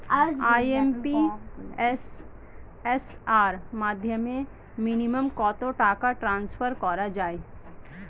IMPS এর মাধ্যমে minimum কত টাকা ট্রান্সফার করা যায়?